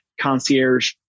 concierge